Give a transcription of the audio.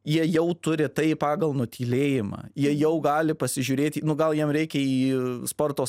jie jau turi tai pagal nutylėjimą jie jau gali pasižiūrėti nu gal jiem reikia į sporto